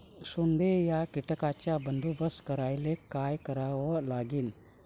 सोंडे या कीटकांचा बंदोबस्त करायले का करावं लागीन?